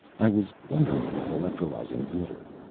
i was wondering about electrolyzing water.